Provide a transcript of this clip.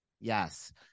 Yes